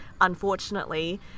unfortunately